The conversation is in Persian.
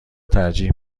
ترجیح